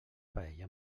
paella